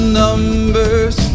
numbers